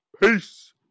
Peace